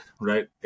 right